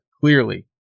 clearly